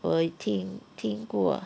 我有听听过